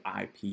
IP